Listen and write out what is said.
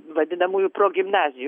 vadinamųjų progimnazijų